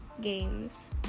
games